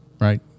right